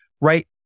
right